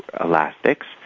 elastics